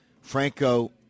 Franco